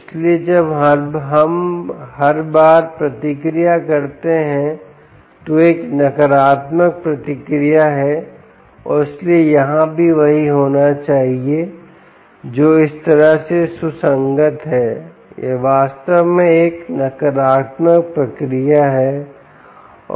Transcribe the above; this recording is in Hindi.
इसलिए जब हम हर बार प्रतिक्रिया करते हैं तो एक नकारात्मक प्रतिक्रिया है और इसलिए यहां भी वही होना चाहिए जो इस तरह से सुसंगत है यह वास्तव में एक नकारात्मक प्रतिक्रिया है